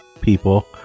people